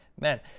man